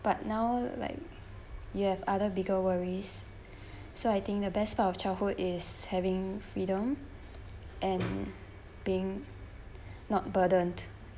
but now like you have other bigger worries so I think the best part of childhood is having freedom and being not burdened